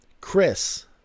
Chris